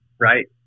right